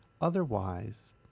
otherwise